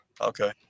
Okay